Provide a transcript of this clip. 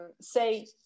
say